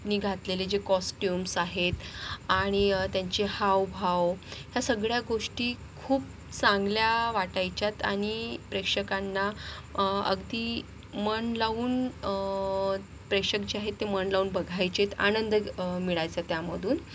नी घातलेले जे कॉस्ट्यूम्स आहेत आणि त्यांचे हावभाव ह्या सगळ्या गोष्टी खूप चांगल्या वाटायच्यात आणि प्रेक्षकांना अगदी मन लावून प्रेक्षक जे आहेत ते मन लावून बघायचेत आनंद ग मिळायचा त्यामधून